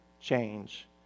change